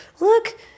look